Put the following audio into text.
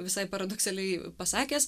visai paradoksaliai pasakęs